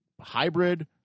hybrid